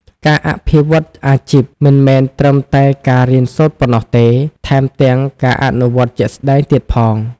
ការអភិវឌ្ឍន៍អាជីពមិនមែនត្រឹមតែការរៀនសូត្រប៉ុណ្ណោះទេ ថែមទាំងការអនុវត្តជាក់ស្តែងទៀតផង។